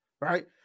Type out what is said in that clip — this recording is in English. right